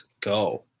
go